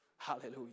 Hallelujah